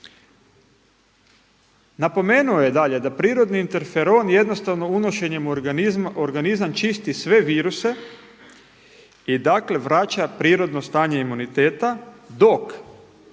Napomenuo je dalje da prirodni interferon jednostavnim unošenjem u organizam čisti sve viruse i dakle vraća prirodno stanje imuniteta dok